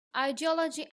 ideology